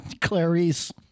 Clarice